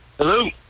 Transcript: Hello